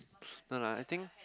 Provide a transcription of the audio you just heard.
no lah I think